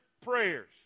prayers